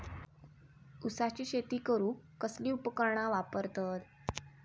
ऊसाची शेती करूक कसली उपकरणा वापरतत?